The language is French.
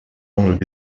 l’angle